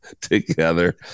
together